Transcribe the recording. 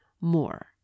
more